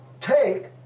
take